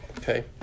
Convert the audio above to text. okay